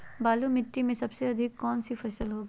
बालू मिट्टी में सबसे अधिक कौन सी फसल होगी?